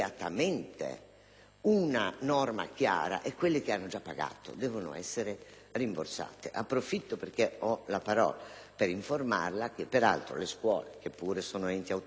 una norma chiara e quelle che hanno già pagato devono essere rimborsate. Approfitto di avere la parola per informarla che, peraltro, le scuole, che pure sono enti autonomi come